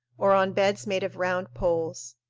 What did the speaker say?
or on beds made of round poles.